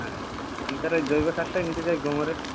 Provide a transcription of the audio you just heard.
হ্যাঁ আমি তাহলে ওই জৈব সারটাই নিতে চাই গ্রো মোরের